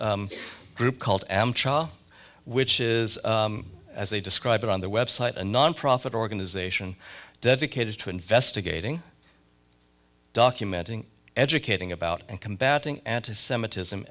group called am cha which is as they describe it on their website a nonprofit organization dedicated to investigating documenting educating about and combating anti semitism